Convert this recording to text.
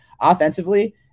offensively